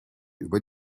über